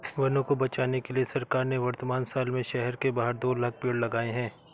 वनों को बचाने के लिए सरकार ने वर्तमान साल में शहर के बाहर दो लाख़ पेड़ लगाए हैं